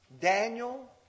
Daniel